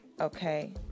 Okay